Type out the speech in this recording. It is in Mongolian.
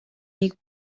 нэг